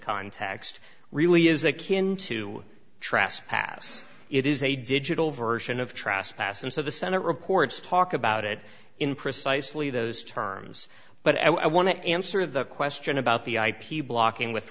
context really is akin to trespass it is a digital version of trast pass and so the senate reports talk about it in precisely those terms but i want to answer the question about the ip blocking with